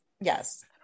yes